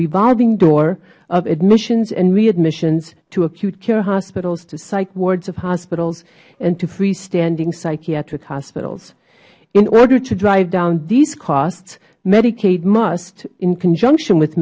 revolving door of admissions and readmissions to acute care hospitals to psych wards of hospitals and to free standing psychiatric hospitals in order to drive down these costs medicaid must in conjunction with